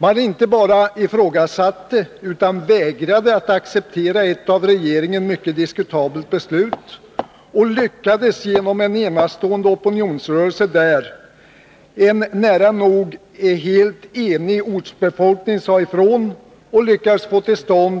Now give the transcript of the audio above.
Man inte bara ifrågasatte utan vägrade acceptera ett mycket diskutabelt beslut av regeringen och lyckades med en enastående opinionsrörelse, där en nära nog helt enig ortsbefolkning sade ifrån och fick